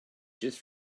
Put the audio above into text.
just